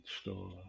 store